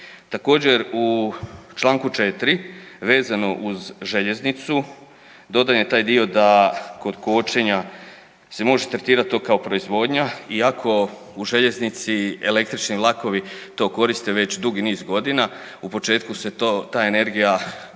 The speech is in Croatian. također u čl. 4. vezano uz željeznicu dodan je taj dio da kod kočenja se može tretirat to kao proizvodnja iako u željeznici električni vlakovi to koriste već dugi niz godina u početku se ta energija gurala